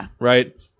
right